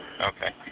Okay